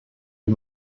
est